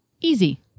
easy